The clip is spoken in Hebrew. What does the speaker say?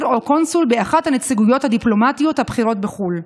או קונסול באחת הנציגויות הדיפלומטיות הבכירות בחו"ל".